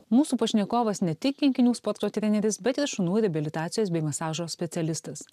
mūsų pašnekovas ne tik kinkinių sporto treneris bet ir šunų reabilitacijos bei masažo specialistas